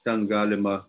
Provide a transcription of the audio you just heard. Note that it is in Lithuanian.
ten galima